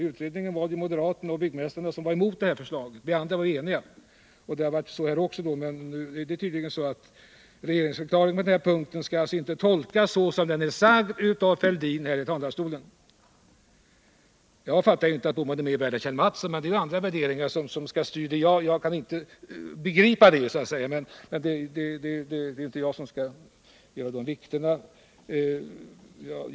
I utredningen var det moderaterna och byggmästarna som var emot förslaget, vi andra var eniga. Det har varit så också här. Men nu skall tydligen regeringsförklaringen på den här punkten inte tolkas så som den är läst av Thorbjörn Fälldin här i talarstolen. Jag fattar inte att Gösta Bohman är mer värd än Kjell Mattsson. Men det är andra värderingar som styr, och det är inte jag som skall avgöra vikten.